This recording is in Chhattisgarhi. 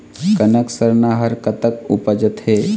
कनक सरना हर कतक उपजथे?